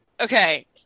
Okay